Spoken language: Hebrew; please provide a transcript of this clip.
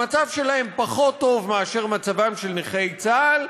המצב שלהם פחות טוב ממצבם של נכי צה"ל,